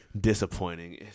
disappointing